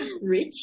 rich